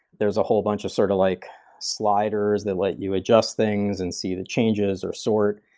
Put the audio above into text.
there's a whole bunch of sort of like sliders that let you adjust things and see the changes, or sort.